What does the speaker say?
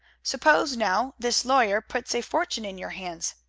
suppose, now, this lawyer puts a fortune in your hands?